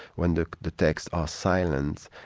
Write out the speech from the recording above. when the the texts are silent,